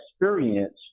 experience